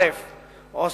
א.